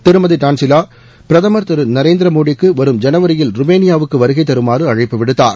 திருமதி டான்சிலா பிரதமர் திரு நரேந்திர மோடி வரும் ஜனவரியில் ருமேனியாவுக்கு வருகை தருமாறு அழைப்புவிடுத்தார்